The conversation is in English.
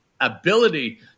ability